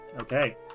Okay